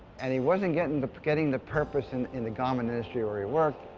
and he wasn't getting the getting the purpose in in the garment industry where he worked.